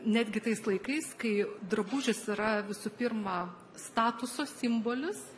netgi tais laikais kai drabužis yra visų pirma statuso simbolis